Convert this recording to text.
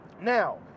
Now